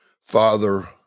Father